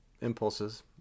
impulses